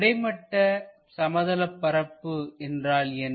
கிடைமட்ட சமதளப்பரப்பு என்றால் என்ன